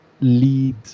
lead